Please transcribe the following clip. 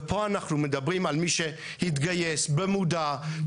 פה אנחנו מדברים על מי שהתגייס במודע לצבא זר,